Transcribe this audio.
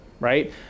Right